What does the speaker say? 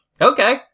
okay